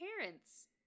parents